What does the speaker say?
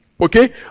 Okay